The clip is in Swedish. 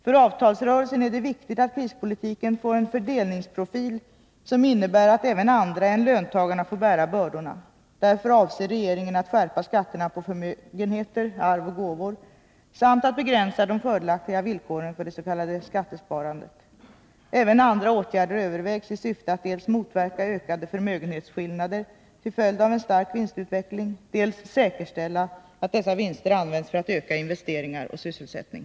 För avtalsrörelsen är det viktigt att krispolitiken får en fördelningsprofil som innebär att även andra än löntagarna får bära bördorna. Därför avser regeringen att skärpa skatterna på förmögenheter, arv och gåvor samt att begränsa de fördelaktiga villkoren för det s.k. skattesparandet. Även andra åtgärder övervägs i syfte att dels motverka ökade förmögenhetsskillnader till följd av en stark vinstutveckling, dels säkerställa att dessa vinster används för att öka investeringar och sysselsättning.